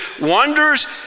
wonders